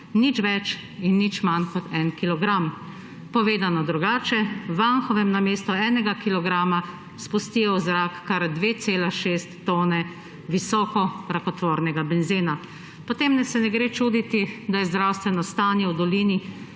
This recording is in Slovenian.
nič več in nič manj kot en kilogram. Povedano drugače, v Anhovem namesto enega kilograma spustijo v zrak kar 2,6 tone visoko rakotvornega benzena. Potem se ne gre čuditi, da je zdravstveno stanje v dolini